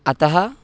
अतः